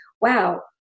wow